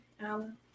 Alan